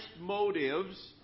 motives